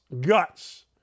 guts